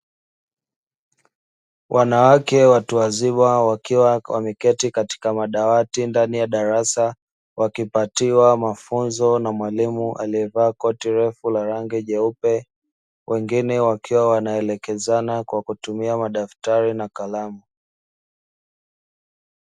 Wanawake watu wazima wakiwa wameketi katika madawati ndani ya darasa, wakipatiwa mafunzo na mwalimu aliyevaa koti refu la rangi jeupe, wengine wakiwa wanaelekezana kwa kutumia madaftari na kalamu.